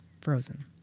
frozen